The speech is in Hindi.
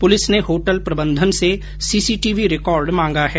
पुलिस ने होटल प्रबंधन से सीसीटीवी रिकॉर्ड मांगा है